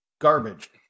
Garbage